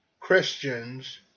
Christians